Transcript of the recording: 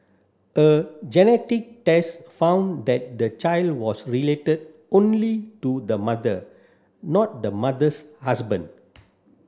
a genetic test found that the child was related only to the mother not the mother's husband